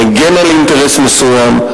מגן על אינטרס מסוים,